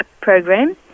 program